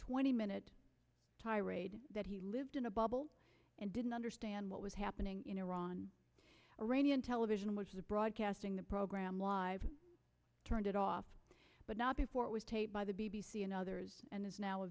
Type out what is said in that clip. twenty minute tirade that he lived in a bubble and didn't understand what was happening in iran or a new on television which is broadcasting the program live turned it off but not before it was taped by the b b c and others and is now a